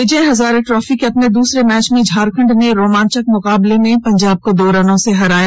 विजय Hazare trophy के अपने दूसरे मैच में झारखंड ने रोमांचक मुकाबले में पंजाब को दो रन से हराया